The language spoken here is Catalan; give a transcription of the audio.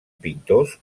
pintors